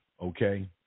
okay